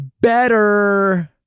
better